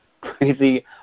crazy